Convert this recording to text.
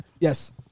Yes